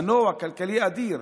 מנוע כלכלי אדיר.